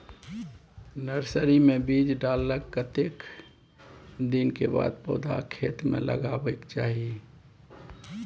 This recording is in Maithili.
नर्सरी मे बीज डाललाक कतेक दिन के बाद पौधा खेत मे लगाबैक चाही?